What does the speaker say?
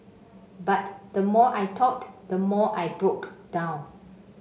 but the more I talked the more I broke down